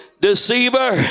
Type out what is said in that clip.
Deceiver